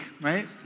right